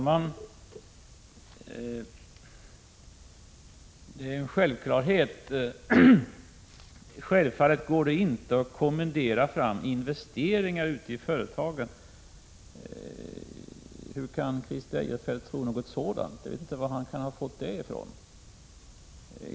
Fru talman! Självfallet går det inte att kommendera fram investeringar ute i företagen. Hur kan Christer Eirefelt tro något sådant? Jag vet inte vad han kan ha fått det ifrån.